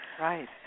Right